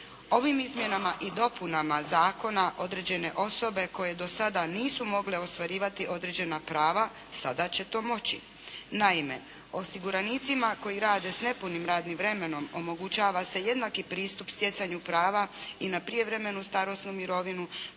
Ovim izmjenama i dopunama zakona određene osobe koje do sada nisu mogle ostvarivati određena prava, sada će to moći. Naime, osiguranicima koji rade s nepunim radnim vremenom omogućava se jednak pristup stjecanju prava i na prijevremenu starosnu mirovinu,